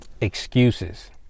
Excuses